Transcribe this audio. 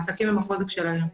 העסקים הם החוזק שלנו.